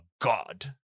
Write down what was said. god